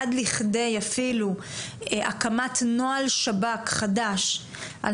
עד לכדי אפילו הקמת נוהל שב"כ חדש על